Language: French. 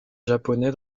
japonais